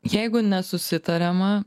jeigu nesusitariama